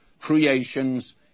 creations